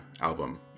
album